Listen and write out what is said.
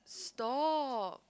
stop